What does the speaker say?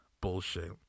bullshit